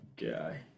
guy